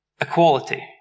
equality